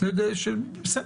בגלל זה זה גם כתוב בצורה כזאת.